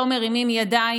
לא מרימים ידיים",